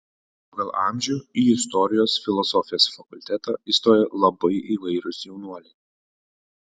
pagal amžių į istorijos filosofijos fakultetą įstojo labai įvairūs jaunuoliai